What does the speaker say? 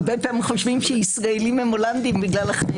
הרבה פעמים חושבים שישראלים הם הולנדים בגלל ה-ח'.